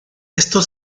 esto